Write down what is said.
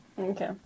Okay